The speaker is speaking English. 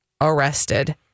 arrested